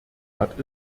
hat